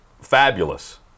fabulous